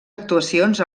actuacions